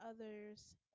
others